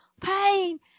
pain